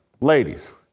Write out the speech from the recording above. ladies